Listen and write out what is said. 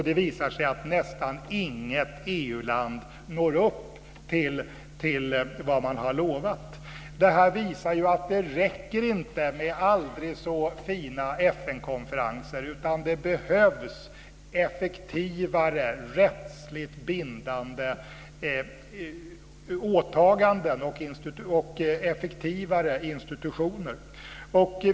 Det visar sig att nästan inget EU-land når upp till det man har lovat. Det visar att det inte räcker med aldrig så fina FN konferenser. Det behövs effektivare rättsligt bindande åtaganden och effektivare institutioner.